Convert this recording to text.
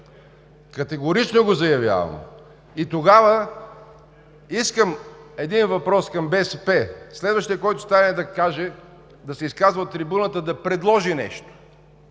Категорично го заявявам! Искам да задам въпрос към БСП: следващият, който стане да се изказва от трибуната, да предложи нещо.